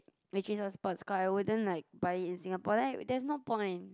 which is a sports car I wouldn't like buy it in Singapore like there's no point